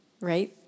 Right